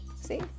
see